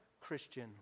Christian